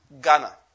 Ghana